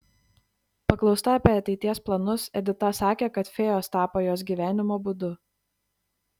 paklausta apie ateities planus edita sakė kad fėjos tapo jos gyvenimo būdu